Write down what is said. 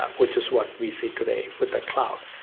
which is what we see today with that cloud.